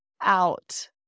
out